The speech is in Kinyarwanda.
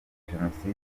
jenoside